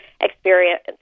experience